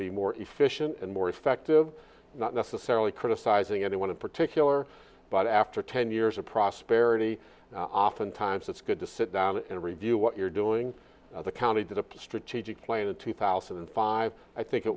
be more efficient and more effective not necessarily criticizing anyone in particular but after ten years of prosperity often times it's good to sit down and review what you're doing the county did a strategic plan in two thousand and five i think it